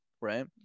right